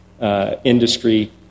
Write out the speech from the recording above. industry